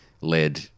led